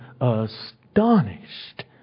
astonished